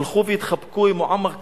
הלכו והתחבקו עם מועמד קדאפי,